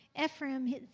Ephraim